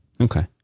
Okay